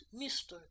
Mr